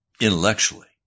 intellectually